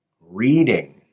Reading